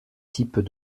types